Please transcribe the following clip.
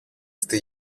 στη